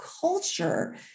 culture